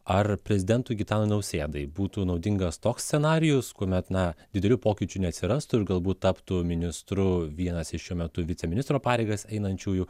ar prezidentui gitanui nausėdai būtų naudingas toks scenarijus kuomet na didelių pokyčių neatsirastų ir galbūt taptų ministru vienas iš šiuo metu viceministro pareigas einančiųjų